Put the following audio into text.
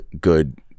good